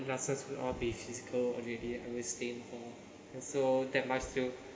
classes will all be physical already I will stay in for and so that my still